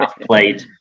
played